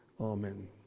Amen